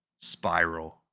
spiral